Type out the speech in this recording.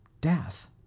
Death